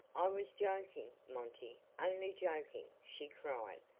i was joking, monty, only joking, she cried.